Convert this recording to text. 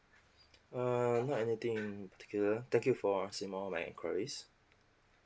uh not anything in particular thank you for answering all my inquiries